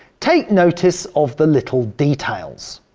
take notice of the little details.